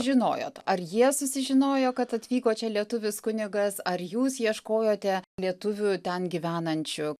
žinojot ar jie susižinojo kad atvyko čia lietuvis kunigas ar jūs ieškojote lietuvių ten gyvenančių